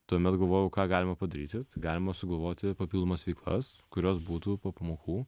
tuomet galvojau ką galima padaryti galima sugalvoti papildomas veiklas kurios būtų po pamokų